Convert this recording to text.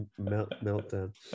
meltdown